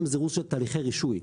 גם זירוז של תהליכי רישוי.